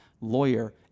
lawyer